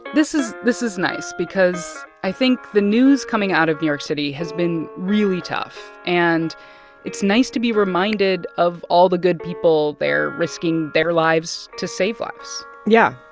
this is this is nice because i think the news coming out of new york city has been really tough, and it's nice to be reminded of all the good people there risking their lives to save lives yeah.